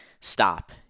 stop